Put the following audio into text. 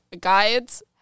guides